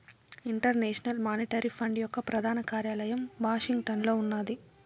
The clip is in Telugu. ఇంటర్నేషనల్ మానిటరీ ఫండ్ యొక్క ప్రధాన కార్యాలయం వాషింగ్టన్లో ఉన్నాది